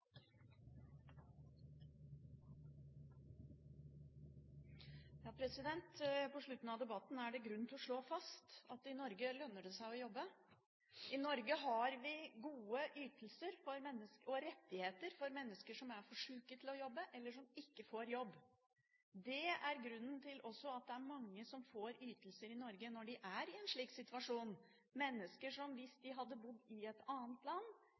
det grunn til å slå fast at det i Norge lønner seg å jobbe. I Norge har vi gode ytelser og rettigheter for mennesker som er for syke til å jobbe, eller som ikke får jobb. Det er også grunnen til at mange får ytelser i Norge når de er i en slik situasjon – mennesker som, hvis de hadde bodd i et annet land,